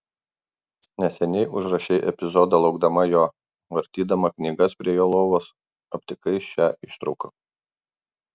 neseniai užrašei epizodą laukdama jo vartydama knygas prie jo lovos aptikai šią ištrauką